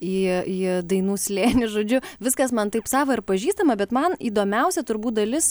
į į dainų slėnį žodžiu viskas man taip sava ir pažįstama bet man įdomiausia turbūt dalis